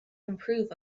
improve